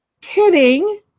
Kidding